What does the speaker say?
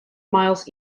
miles